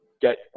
get